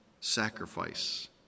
sacrifice